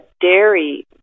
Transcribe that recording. dairy